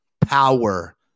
power